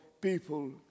people